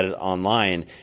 online